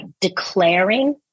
declaring